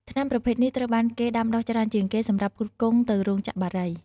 ថ្នាំប្រភេទនេះត្រូវបានគេដាំដុះច្រើនជាងគេសម្រាប់ផ្គត់ផ្គង់ទៅរោងចក្របារី។